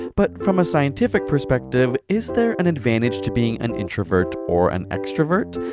but from a scientific perspective, is there an advantage to being an introvert or an extrovert?